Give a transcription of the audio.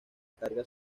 carga